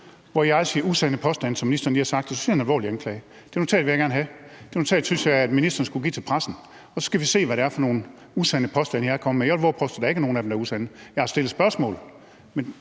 kommer med af usande påstande, som ministeren lige har sagt, synes jeg er en alvorlig anklage. Det notat vil jeg gerne have. Det notat synes jeg at ministeren skulle give til pressen, for så kan vi se, hvad det er for nogle usande påstande, jeg er kommet med. Jeg vil vove at påstå, at der ikke er nogen af dem, der er usande. Jeg har stillet spørgsmål.